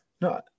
No